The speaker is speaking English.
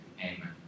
Amen